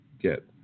get